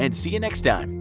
and see you next time!